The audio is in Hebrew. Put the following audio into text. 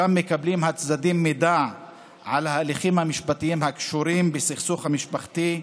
ושם מקבלים הצדדים מידע על ההליכים המשפטיים הקשורים בסכסוך המשפחתי,